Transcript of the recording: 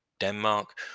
Denmark